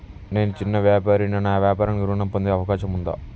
నేను చిన్న వ్యాపారిని నా వ్యాపారానికి ఋణం పొందే అవకాశం ఉందా?